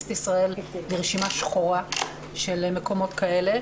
את ישראל לרשימה שחורה של מקומות כאלה,